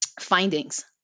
findings